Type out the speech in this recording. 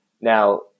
Now